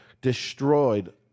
destroyed